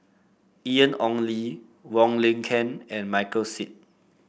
Ian Ong Li Wong Lin Ken and Michael Seet